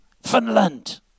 Finland